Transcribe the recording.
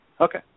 Okay